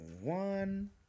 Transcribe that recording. one